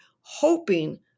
hoping